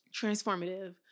transformative